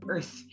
Earth